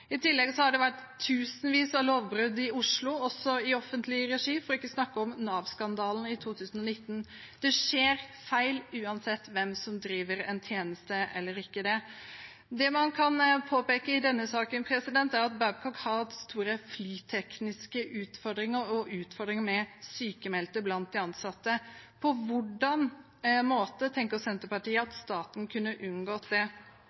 I tillegg har det vært tusenvis av lovbrudd i Oslo, også i offentlig regi, for ikke å snakke om Nav-skandalen i 2019. Det skjer feil uansett hvem som driver en tjeneste. Det man kan påpeke i denne saken, er at Babcock har hatt store flytekniske utfordringer og utfordringer med sykmeldte blant de ansatte. På hvilken måte tenker Senterpartiet at staten kunne unngått det?